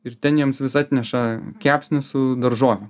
ir ten jiems vis atneša kepsnį su daržovėm